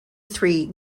three